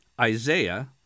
Isaiah